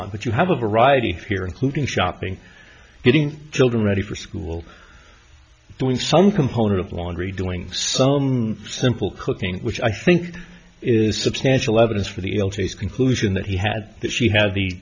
on but you have a variety here including shopping getting children ready for school doing some component of laundry doing some simple cooking which i think is substantial evidence for the conclusion that he had that she had the